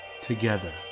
together